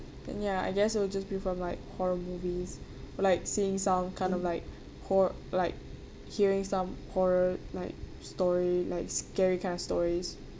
then ya I guess it'll just be from like horror movies like seeing some kind of like hor~ like hearing some horror like story like scary kind of stories